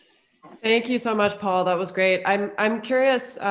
thank you so much, paul. that was great. i'm i'm curious,